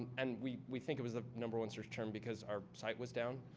and we we think it was the number one search term because our site was down.